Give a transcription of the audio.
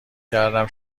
کردم